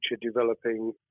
developing